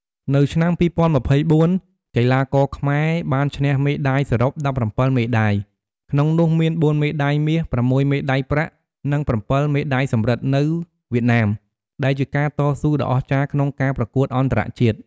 នៅឆ្នាំ ២០២៤ កីឡាករខ្មែរបានឈ្នះមេដៃសរុប ១៧ មេដៃ ក្នុងនោះមាន ៤ មេដៃមាស, ៦ មេដៃប្រាក់ និង ៧ មេដៃសំរឹទ្ធ នៅវៀតណាម ដែលជាការតស៊ូដ៏អស្ចារ្យក្នុងការប្រកួតអន្តរជាតិ។